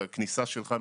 והכניסה שלך,